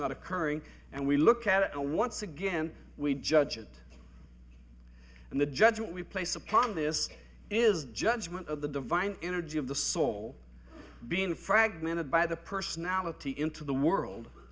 not occurring and we look at a once again we judge it and the judgment we place upon this is the judgment of the divine energy of the soul being fragmented by the personality into the world